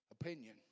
opinion